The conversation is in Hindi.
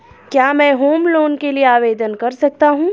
क्या मैं होम लोंन के लिए आवेदन कर सकता हूं?